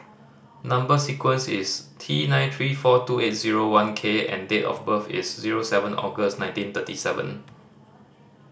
number sequence is T nine three four two eight zero one K and date of birth is zero seven August nineteen thirty seven